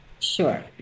Sure